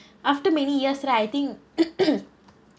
after many years right I think